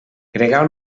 gregal